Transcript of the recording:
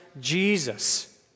jesus